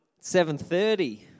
7.30